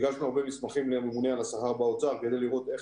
הגשנו הרבה מסמכים לממונה על השכר באוצר כדי לראות איך